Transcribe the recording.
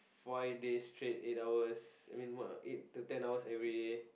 five days straight eight hours I mean what uh eight to ten hours everyday